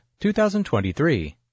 2023